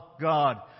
God